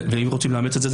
ואם רוצים לאמץ את זה,